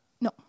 no